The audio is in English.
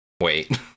Wait